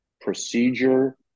procedure